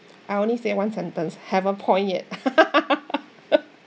I only say one sentence haven't point yet